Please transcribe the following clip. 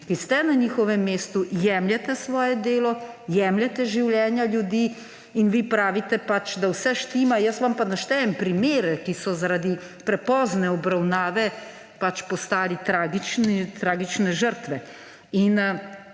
ki ste na njihovem mestu, jemljete svoje delo, jemljete življenja ljudi? In vi pravite pač, da vse štima, jaz vam pa naštejem primere, ki so zaradi prepozne obravnave pač postali tragične žrtve.